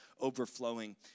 overflowing